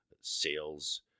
sales